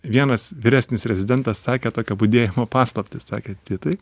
vienas vyresnis rezidentas sakė tokią budėjimo paslaptį sakė titai